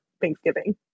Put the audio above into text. Thanksgiving